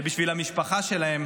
ובשביל המשפחה שלהם